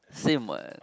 same what